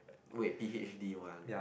wait P_H_D one